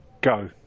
Go